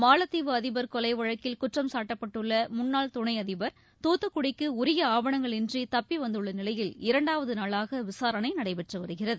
மாலத்தீவு அதிபர் கொலை வழக்கில் குற்றம் சாட்டப்பட்டுள்ள முன்னாள் துணை அதிபர் தூத்துக்குடிக்கு உரிய ஆவணங்கள் இன்றி தப்பி வந்துள்ள நிலையில் இரண்டாவது நாளாக விசாரணை நடைபெற்று வருகிறது